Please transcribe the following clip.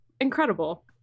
incredible